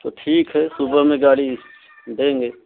तो ठीक है सुबह में गाड़ी देंगे